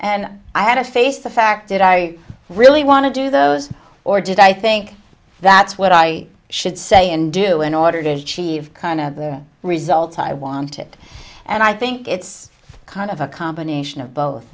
and i had to face the fact that i really want to do those or did i think that's what i should say and do in order to achieve kind of the result i wanted and i think it's kind of a combination of both